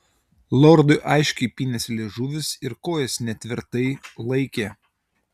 lordui aiškiai pynėsi liežuvis ir kojos netvirtai laikė